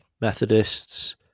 Methodists